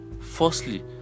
Firstly